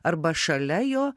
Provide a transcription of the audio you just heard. arba šalia jo